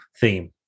theme